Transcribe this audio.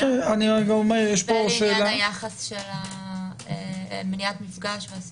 והיחס של מניעת מפגש.